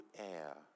air